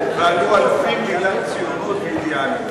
ועלו אלפים בגלל ציונות ואידיאלים.